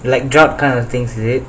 like drought kind of things is it